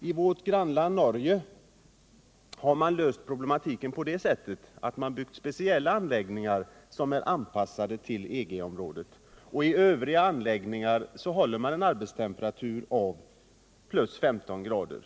I vårt grannland Norge har man löst problematiken på det sättet att man byggt speciella anläggningar som är anpassade till EG-områdets bestämmelser, och i övriga anläggningar håller man en arbetstemperatur av +15 grader.